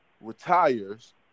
retires